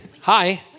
Hi